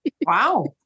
Wow